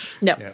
No